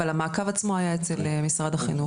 אבל המעקב עצמו היה אצל משרד החינוך.